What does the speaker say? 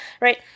right